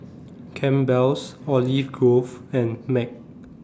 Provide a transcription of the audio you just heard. Campbell's Olive Grove and Mac